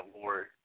Lord